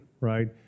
right